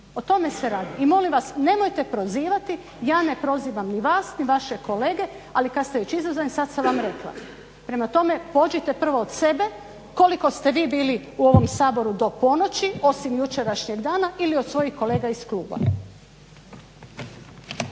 kolega Salapić. I molim vas nemojte prozivati ja ne prozivam ni vas ni vaše kolege, ali kad ste već …/Govornica se ne razumije./… sad sam vam rekla. Prema tome, pođite prvo od sebe koliko ste vi bili u ovom Saboru do ponoći osim jučerašnjeg dana ili od svojih kolega iz kluba.